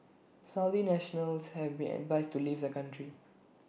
Saudi nationals have been advised to leave the country